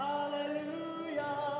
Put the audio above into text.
Hallelujah